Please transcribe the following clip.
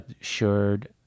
assured